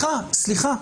סליחה, סליחה, סליחה.